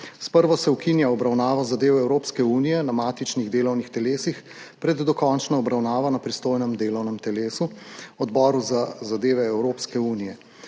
S prvo se ukinja obravnavo zadev Evropske unije na matičnih delovnih telesih pred dokončno obravnavo na pristojnem delovnem telesu, Odboru za zadeve Evropske unije.